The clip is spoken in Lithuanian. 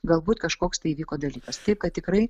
galbūt kažkoks tai įvyko dalykas kad tikrai